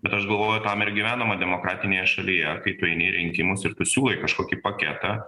bet aš galvoju tam ir gyvenama demokratinėje šalyje kai tu eini į rinkimus ir tu siūlai kažkokį paketą